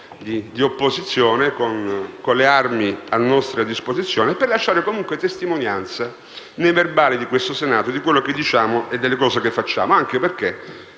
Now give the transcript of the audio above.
di opposizione con le armi a nostra disposizione e per lasciare comunque negli atti del Senato testimonianza di quello che diciamo e delle cose che facciamo. Anche perché